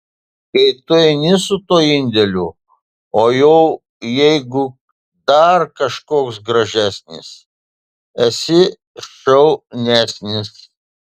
kai tu eini su tuo indeliu o jau jeigu dar kažkoks gražesnis esi šaunesnis